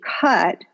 cut